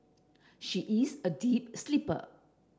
she is a deep sleeper